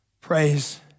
praise